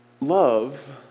love